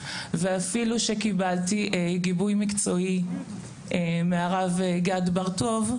ואפילו שקיבלתי גיבוי מקצועי מהרב גד בר-טוב,